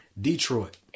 Detroit